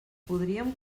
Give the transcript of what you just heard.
podríem